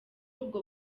ubwo